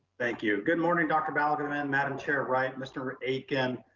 thank you. good morning, dr. balgobin, madam chair wright, mr. akin,